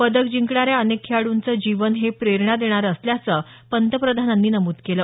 पदक जिंकणाऱ्या अनेक खेळाडूंचं जीवन हे प्रेरणा देणारं असल्याचं पंतप्रधानांनी नमूद केलं